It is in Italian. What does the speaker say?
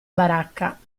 baracca